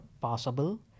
possible